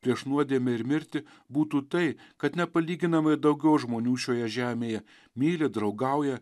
prieš nuodėmę ir mirtį būtų tai kad nepalyginamai daugiau žmonių šioje žemėje myli draugauja